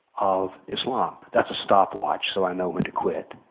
of islam. that's a stopwatch, so i know when to quit.